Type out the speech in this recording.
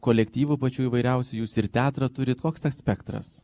kolektyvų pačių įvairiausių jūs ir teatrą turit koks tas spektras